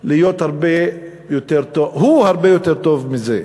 להיות הרבה יותר, הרבה יותר טוב מזה.